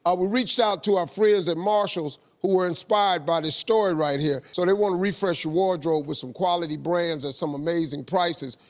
ah reached out to our friends at marshall's, who were inspired by this story right here. so they want to refresh your wardrobe with some quality brands at some amazing prices,